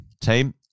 Team